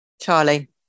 Charlie